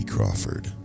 Crawford